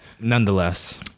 nonetheless